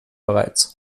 bereits